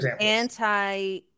anti